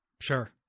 Sure